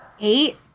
eight